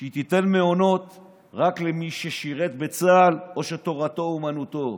והיא תיתן מעונות רק למי ששירת בצה"ל או שתורתו אומנותו.